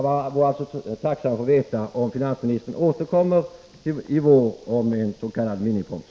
Jag vore alltså tacksam få veta om finansministern återkommer i vår beträffande en s.k. miniproms.